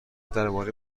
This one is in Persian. درباره